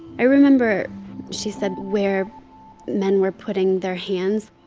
i remember she said where men were putting their hands.